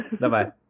Bye-bye